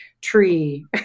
tree